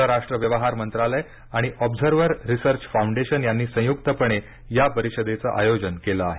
परराष्ट्र व्यवहार मंत्रालय आणि ऑब्झव्हर रिसर्च फोँडेशन यांनी संयुक्तपणे या परीषदेचं आयोजन केलं आहे